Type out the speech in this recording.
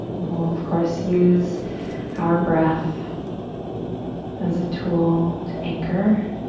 we'll, of course, use our breath as a tool to anchor